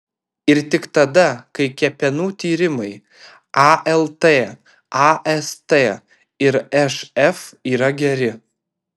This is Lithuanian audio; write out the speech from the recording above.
ir tik tada kai kepenų tyrimai alt ast ir šf yra geri